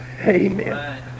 Amen